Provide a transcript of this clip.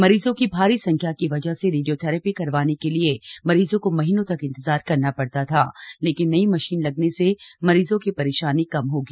मरीजों की भारी संख्या की वजह से रेडियोथेरेपी करवाने के लिए मरीजों को महीनों तक इन्तजार करना पड़ता था लेकिन नई मशीन लगने से मरीजों की परेशानी कम होगी